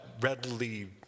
readily